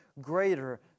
greater